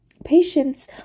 Patients